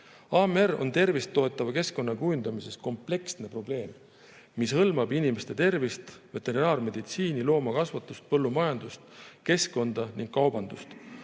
AMR on tervist toetava keskkonna kujundamises kompleksne probleem, mis hõlmab inimeste tervist, veterinaarmeditsiini, loomakasvatust, põllumajandust, keskkonda ning kaubandust.